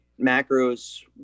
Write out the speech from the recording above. macros